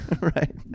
Right